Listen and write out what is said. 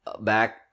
back